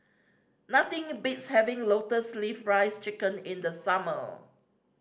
nothing beats having lotus leaf rice chicken in the summer